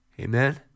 Amen